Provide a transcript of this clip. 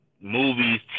movies